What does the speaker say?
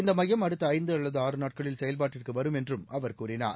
இந்த மையம் அடுத்த ஐந்து அல்லது ஆறு நாட்களில் செயல்பாட்டுக்கு வரும் என்றும் அவர் கூறினார்